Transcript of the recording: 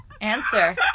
Answer